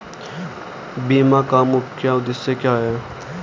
बीमा का मुख्य उद्देश्य क्या है?